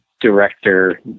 director